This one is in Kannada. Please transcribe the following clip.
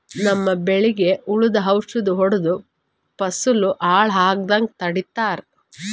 ನಮ್ಮ್ ಬೆಳಿಗ್ ಹುಳುದ್ ಔಷಧ್ ಹೊಡ್ದು ಫಸಲ್ ಹಾಳ್ ಆಗಾದ್ ತಡಿತಾರ್